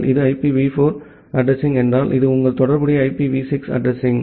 இது IPv4 addressing என்றால் இது உங்கள் தொடர்புடைய IPv6 அட்ரஸிங்